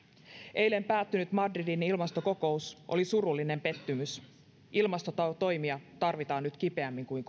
eilen päättynyt madridin ilmastokokous oli surullinen pettymys ilmastotoimia tarvitaan nyt kipeämmin kuin